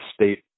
state